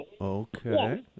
Okay